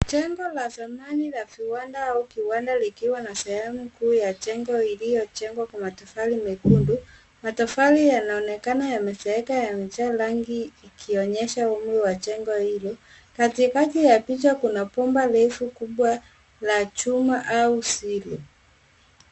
Jengo la zamani la viwanda au kiwanda likiwa na sehemu kuu ya jengo iliyojengwa kwa matofali mekundu ,matofali yanaonekana yamezeeka yamejaa rangi ikionyesha umri wa jengo hilo katikati ya picha kuna bomba refu kubwa la chuma au silo.